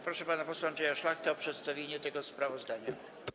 Proszę pana posła Andrzeja Szlachtę o przedstawienie tego sprawozdania.